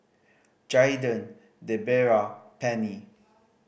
Jaiden Debera Penny